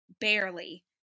barely